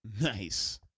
Nice